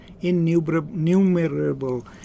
innumerable